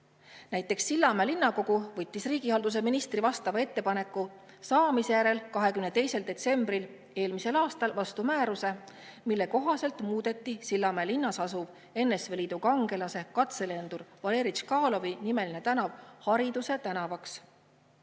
Näiteks Sillamäe Linnavolikogu võttis riigihalduse ministri ettepaneku saamise järel 22. detsembril eelmisel aastal vastu määruse, mille kohaselt muudeti Sillamäe linnas asuv NSV Liidu kangelase katselendur Valeri Tškalovi nimeline tänav Hariduse tänavaks.